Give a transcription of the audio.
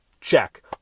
Check